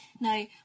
no